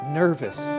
nervous